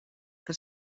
que